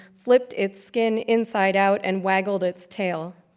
flipped its skin inside out, and waggled its tail.